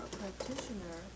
practitioner